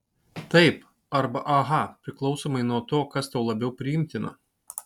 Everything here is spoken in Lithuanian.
taip arba aha priklausomai nuo to kas tau labiau priimtina